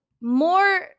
More